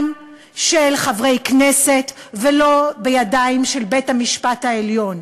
של חברי כנסת ולא בידיים של בית-המשפט העליון?